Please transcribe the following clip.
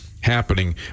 happening